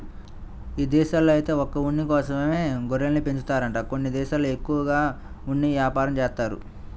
ఇదేశాల్లో ఐతే ఒక్క ఉన్ని కోసమే గొర్రెల్ని పెంచుతారంట కొన్ని దేశాల్లో ఎక్కువగా ఉన్ని యాపారం జేత్తారు